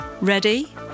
Ready